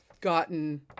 gotten